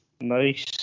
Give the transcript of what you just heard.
Nice